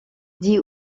dit